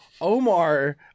Omar